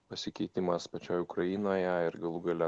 pasikeitimas pačioj ukrainoje ir galų gale